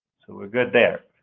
so we're good there.